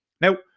Now